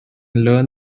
learn